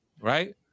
right